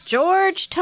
George